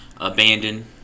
abandoned